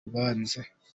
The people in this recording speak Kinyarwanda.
rubanza